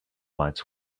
lights